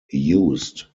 used